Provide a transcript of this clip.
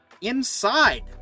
inside